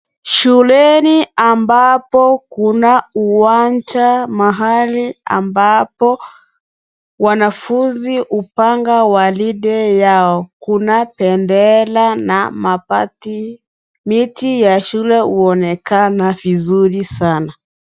Shuleni ambapo kuna uwanja mahali ambapo wanafunzi hupanga warinde yao. Kuna Bendera na mabati. Miti ya shule huonekana vizuri sana.